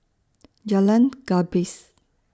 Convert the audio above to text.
Jalan Gapis